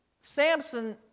Samson